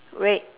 red